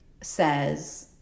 says